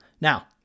Now